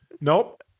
Nope